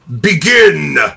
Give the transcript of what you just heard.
Begin